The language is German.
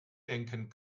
denken